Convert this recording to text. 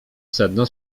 sedno